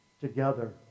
together